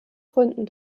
gründen